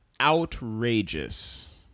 outrageous